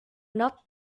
not